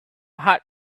had